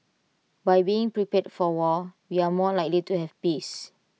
by being prepared for war we are more likely to have peace